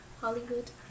Hollywood